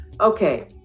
Okay